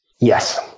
Yes